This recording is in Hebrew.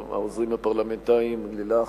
העוזרים הפרלמנטריים לילך,